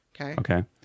Okay